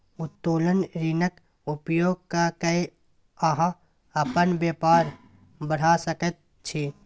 उत्तोलन ऋणक उपयोग क कए अहाँ अपन बेपार बढ़ा सकैत छी